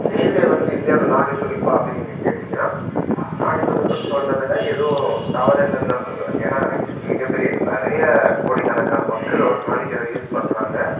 railway வந்து இந்தியாவின் நாடித்துடிப்பாக அப்படி நீங்கள் கேட்டிங்கன்னால் நாடி துடிப்பின்னு சொல்கிறதுல எதுவும் தவறு இல்லனுதான் சொல்லுவேன் ஏன்னா இது மிகப்பெரிய நிறைய கோடிக்கணக்கான மக்கள் ஒரு நாளைக்கு அதை யூஸ் பண்ணுறாங்க